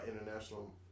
International